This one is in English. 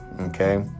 Okay